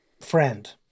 friend